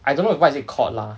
I don't know what is it called lah